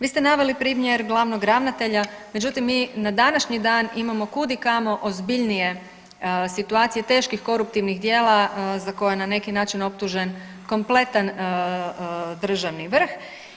Vi ste naveli primjer glavnog ravnatelja, međutim mi na današnji dan imamo kud i kamo ozbiljnije situacije teških koruptivnih djela za koje na neki način optužen kompletan državni vrh.